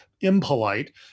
impolite